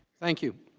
thank you